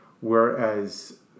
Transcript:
whereas